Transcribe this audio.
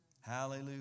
Hallelujah